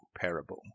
parable